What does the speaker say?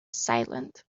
silent